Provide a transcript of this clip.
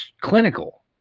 clinical